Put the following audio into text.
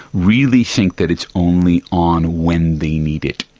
really think that it's only on when they need it,